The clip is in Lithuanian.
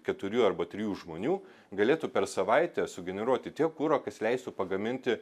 keturių arba trijų žmonių galėtų per savaitę sugeneruoti tiek kuro kas leistų pagaminti